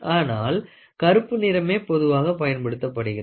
ஆனால் கருப்பு நிறமே பொதுவாக பயன்படுத்தப்படுகிறது